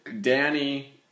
Danny